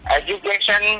education